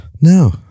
no